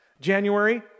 January